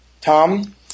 Tom